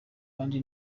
kandi